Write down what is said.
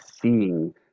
seeing